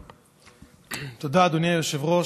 תודה, אדוני היושב-ראש.